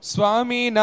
Swami